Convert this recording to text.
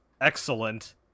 excellent